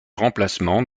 remplacement